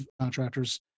contractors